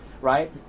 right